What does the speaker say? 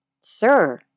Sir